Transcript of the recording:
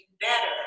better